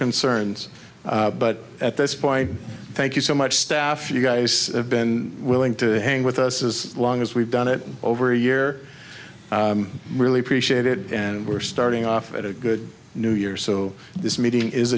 concerns but at this point thank you so much staff you guys have been willing to hang with us as long as we've done it over a year i really appreciate it and we're starting off at a good new year so this meeting is